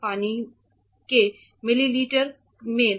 पानी के मिलीमीटर में दाब है